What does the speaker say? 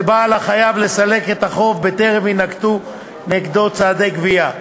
שבה על החייב לסלק את החוב בטרם יינקטו נגדו צעדי גבייה.